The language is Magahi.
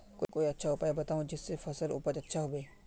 कोई अच्छा उपाय बताऊं जिससे फसल उपज अच्छा होबे